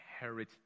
inherit